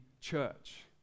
church